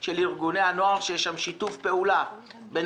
של ארגוני הנוער הוא שיש שם שיתוף פעולה בין